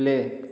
play